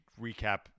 recap